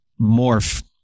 morph